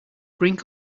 brink